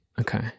okay